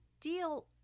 deal